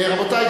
רבותי,